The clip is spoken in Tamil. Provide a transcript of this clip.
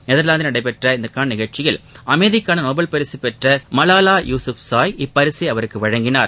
நெதர்வாந்தில் நடைபெற்ற இதற்கான நிகழ்ச்சியில் அமைதிக்கான நோபல் பரிசுப்பெற்ற செல்வி மலாலா யூசுப்ஸாய் இப்பரிசை அவருக்கு வழங்கினார்